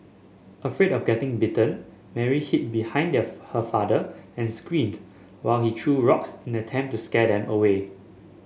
afraid of getting bitten Mary hid behind her father and screamed while he threw rocks in attempt to scare them away